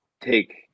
take